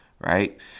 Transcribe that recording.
Right